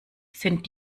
sind